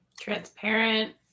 Transparent